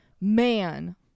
man